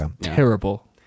terrible